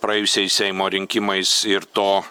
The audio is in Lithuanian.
praėjusiais seimo rinkimais ir to